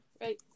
Right